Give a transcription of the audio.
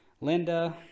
Linda